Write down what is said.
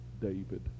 David